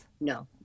No